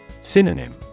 Synonym